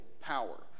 power